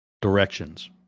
Directions